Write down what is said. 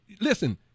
Listen